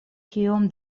kiom